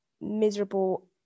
miserable